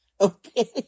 Okay